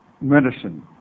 medicine